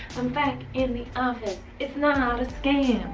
i'm back in the office, it's not not a scam.